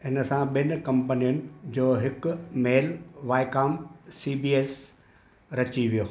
इन सां ॿिन कंपनियुनि जो हिकु मेल वायकॉम सी बी एस रची वियो